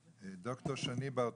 דוקטור שני בר טוביה,